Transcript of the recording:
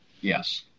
Yes